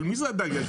אבל מי הם הדייגים?